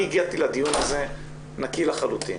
אני הגעתי לדיון הזה נקי לחלוטין.